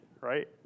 right